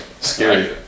Scary